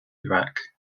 rack